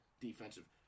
defensive